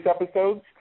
episodes